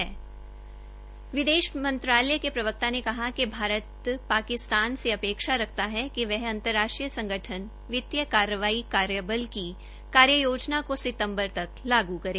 विदेश मंत्रालय के प्रवक्ता ने कहा कि भारत पाकिस्तार से अपेक्षा रखता है कि वह अंतरराष्ट्रीय संगठन वित्तीय कार्रवाई कार्यबल की कार्ययोजना को सितंबर तक लागू करे